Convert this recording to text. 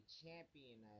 champion